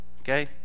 Okay